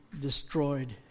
destroyed